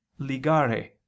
ligare